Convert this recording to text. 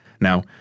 Now